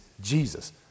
Jesus